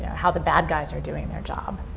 yeah how the bad guys are doing their job.